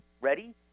ready